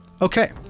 Okay